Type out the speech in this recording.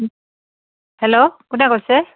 hello কোনে কৈছে